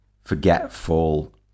forgetful